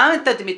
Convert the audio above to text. גם את תדמיתם.